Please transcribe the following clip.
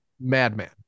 madman